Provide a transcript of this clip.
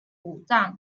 武将